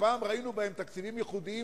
שפעם ראינו בהם תקציבים ייחודיים,